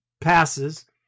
passes